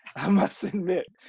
i must admit.